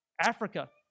Africa